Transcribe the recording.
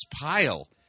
pile